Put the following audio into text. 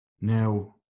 Now